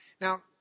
Now